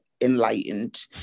enlightened